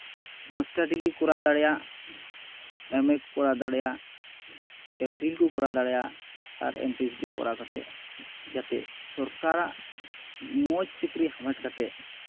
master degree ᱠᱚᱨᱟᱣ ᱫᱟᱲᱮᱭᱟᱜ MA ᱠᱚᱨᱟᱣ ᱫᱟᱲᱮᱭᱟᱜ ᱮᱢ ᱯᱷᱤᱞ ᱠᱚ ᱠᱚᱨᱟᱣ ᱫᱟᱲᱮᱭᱟᱜ ᱟᱨ ᱮᱢ ᱯᱤᱭᱤᱪᱰᱤ ᱠᱚᱨᱟᱣ ᱠᱟᱛᱮᱫ ᱡᱟᱛᱮ ᱥᱚᱨᱠᱟᱨᱟᱜ ᱢᱚᱡᱽ ᱪᱟᱠᱨᱤ ᱦᱟᱢᱮᱴ ᱠᱟᱛᱮᱫ